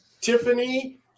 tiffany